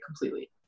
completely